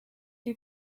you